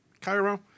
Cairo